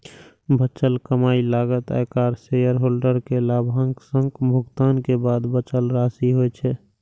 बचल कमाइ लागत, आयकर, शेयरहोल्डर कें लाभांशक भुगतान के बाद बचल राशि होइ छै